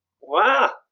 wow